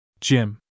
Jim